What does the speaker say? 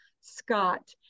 Scott